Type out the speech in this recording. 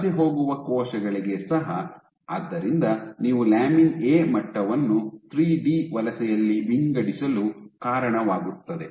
ವಲಸೆ ಹೋಗುವ ಕೋಶಗಳಿಗೆ ಸಹ ಆದ್ದರಿಂದ ನೀವು ಲ್ಯಾಮಿನ್ ಎ ಮಟ್ಟವನ್ನು 3 ಡಿ ವಲಸೆಯಲ್ಲಿ ವಿಂಗಡಿಸಲು ಕಾರಣವಾಗುತ್ತದೆ